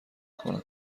کنم